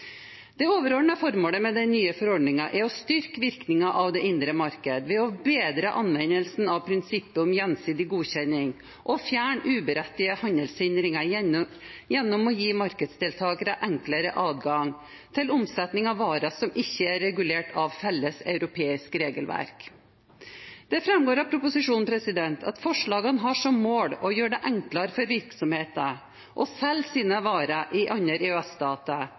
den nye forordningen er å styrke virkningen av det indre marked ved å bedre anvendelsen av prinsippet om gjensidig godkjenning og fjerne uberettigede handelshindringer gjennom å gi markedsdeltagere enklere adgang til omsetning av varer som ikke er regulert av felles europeisk regelverk. Det framgår av proposisjonen at forslagene har som mål å gjøre det enklere for virksomheter å selge sine varer i andre